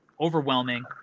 overwhelming